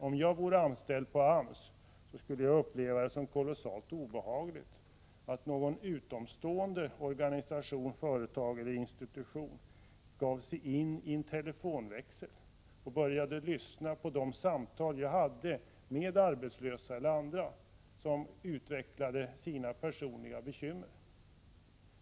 Om jag vore anställd på AMS skulle jag uppleva det som kolossalt obehagligt att någon utomstående organisation, ett företag eller en institution, skulle ge sig in i en telefonväxel och börja lyssna på de samtal som jag har med arbetslösa eller andra som utvecklar sina personliga bekymmer.